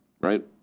right